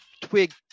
twig